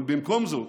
אבל במקום זאת,